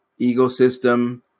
ecosystem